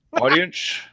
Audience